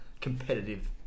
competitive